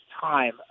time